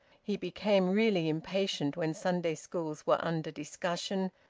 he became really impatient when sunday schools were under discussion,